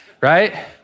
Right